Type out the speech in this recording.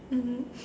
mmhmm